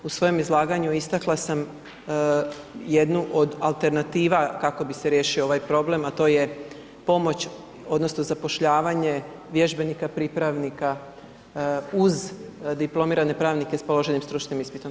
U svom izlaganju istakla sam jednu od alternativa kako bi se riješio ovaj problem, a to je pomoć, odnosno zapošljavanje vježbenika, pripravnika uz diplomirane pravnike s položenim stručnim ispitom.